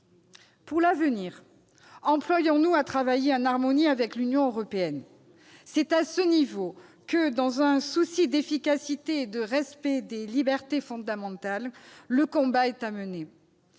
Pour l'avenir, employons-nous à travailler en harmonie avec l'Union européenne. C'est à ce niveau que, dans un souci d'efficacité et de respect des libertés fondamentales, le combat est à mener.